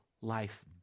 life